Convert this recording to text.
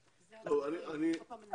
הבנתי.